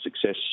success